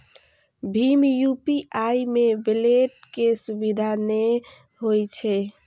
भीम UPI मे wallet के सुविधा नै होइ छै